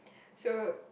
so